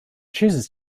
chooses